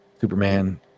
superman